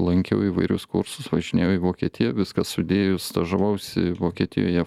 lankiau įvairius kursus važinėjau į vokietiją viską sudėjus stažavausi vokietijoje